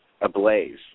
ablaze